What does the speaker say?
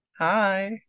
Hi